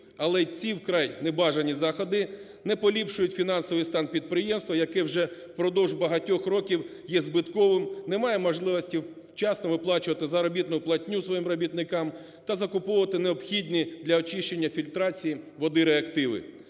але і ці, вкрай не бажані, заходи не поліпшують фінансовий стан підприємства, яке вже впродовж багатьох років є збитковим, немає можливості вчасно виплачувати заробітну платню своїм робітникам та закуповувати, необхідні для очищення фільтрації води, реактиви.